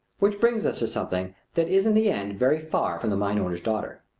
which brings us to something that is in the end very far from the mine owner's daughter.